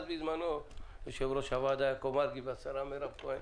בזמנו עם יושב-ראש הוועדה יעקב מרגי והשרה מירב כהן,